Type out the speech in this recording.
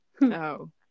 no